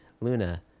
Luna